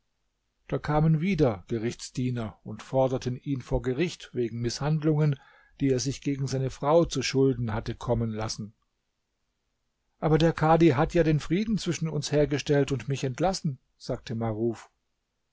da kamen wieder gerichtsdiener und forderten ihn vor gericht wegen mißhandlungen die er sich gegen seine frau zuschulden hatte kommen lassen aber der kadhi hat ja den frieden zwischen uns hergestellt und mich entlassen sagte maruf